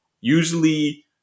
usually